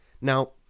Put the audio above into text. Now